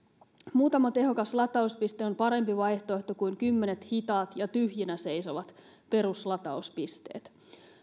muutama tehokas latauspiste on parempi vaihtoehto kuin kymmenet hitaat ja tyhjinä seisovat peruslatauspisteet